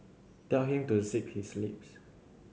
tell him to zip his lips